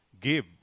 give